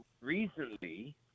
recently